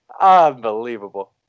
Unbelievable